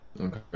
Okay